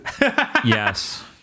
yes